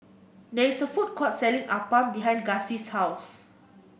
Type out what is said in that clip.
there's a food court selling appam behind Gussie's house